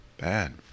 Bad